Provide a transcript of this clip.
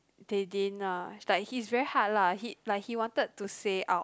they didn't lah it's like he's very hard lah he like he wanted to say out